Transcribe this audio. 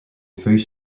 feuilles